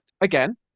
again